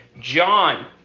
John